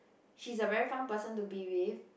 she's a very fun person to be with